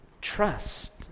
Trust